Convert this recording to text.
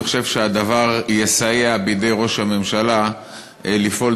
אני חושב שהדבר יסייע בידי ראש הממשלה לפעול